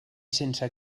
sense